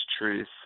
truth